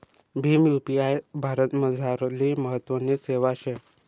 Bhim UPI भारतमझारली महत्वनी सेवा शे